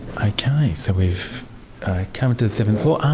okay, so we've come to the seventh floor,